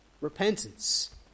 Repentance